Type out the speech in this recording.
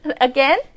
Again